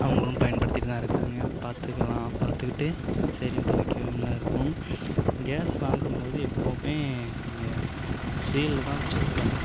அவங்களும் பயன்படுத்திட்டு தான் இருக்காங்க பார்த்துக்கலாம் பார்த்துகிட்டு சரின்ட்டு ஓகேன்லாம் இருக்கும் கேஸ் வாங்கும்போது எப்பவும் நீங்கள் சீலை தான் செக் பண்ணணும்